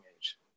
age